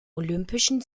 olympischen